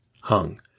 hung